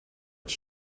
its